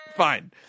Fine